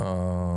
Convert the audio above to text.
תודה רבה.